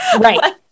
Right